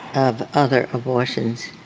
of other abortions.